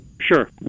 Sure